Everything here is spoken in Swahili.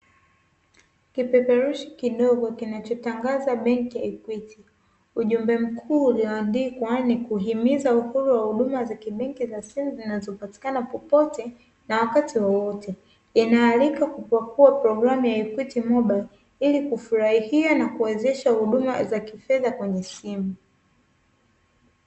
Kupeperushi kidogo kinachotangaza benki ya "EQUITY BANK". Ujumbe mkuu uliyoandikwa nikuhimiza uhuru wa huduma za kibenki za simu zinazopatikana popote na wakati wowote. Ina alika kupakua programu ya "EQUITY MOBILE", ili kufurahia na kuwezesha huduma za kifedha kwenye simu.